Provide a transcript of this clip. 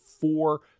four